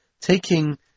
taking